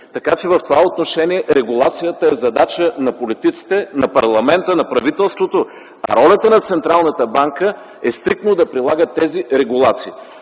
така че в това отношение регулацията е задача на политиците, на парламента, на правителството, а ролята на Централната банка е стриктно да прилага тези регулации.